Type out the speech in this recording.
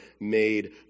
made